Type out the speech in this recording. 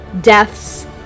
deaths